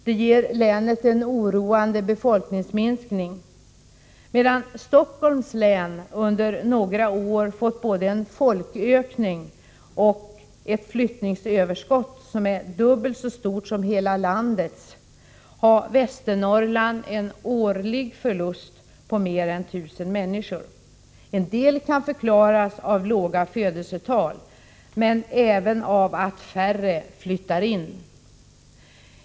Det ger länet en oroande befolkningsminskning. Medan Stockholms län under några år fått både en folkökning och ett flyttningsöverskott som är dubbelt så stort som hela landets har Västernorrland en årlig förlust på mer än 1 000 människor. En del kan förklaras av låga födelsetal men även av att färre flyttar in.